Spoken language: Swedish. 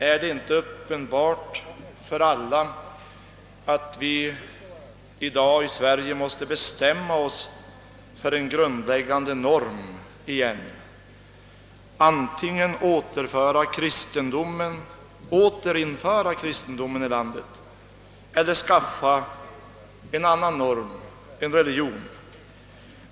Är det inte uppenbart för alla att vi i dag i Sverige måste bestämma oss för en grundläggande norm igen, antingen genom att återinföra kristendomen i landet eller skaffa en annan norm eller religion.